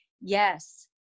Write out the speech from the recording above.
yes